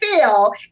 feel